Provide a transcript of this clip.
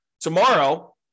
tomorrow